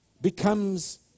becomes